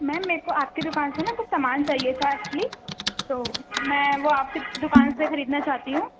میم میکو آپ کی دکان سے نا کچھ سامان چاہیے تھا ایکچولی تو میں وہ آپ کی دکان سے خریدنا چاہتی ہوں